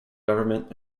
government